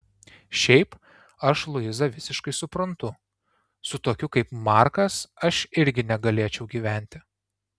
šiaip aš luizą visiškai suprantu su tokiu kaip markas aš irgi negalėčiau gyventi